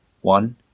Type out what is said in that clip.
One